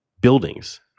buildings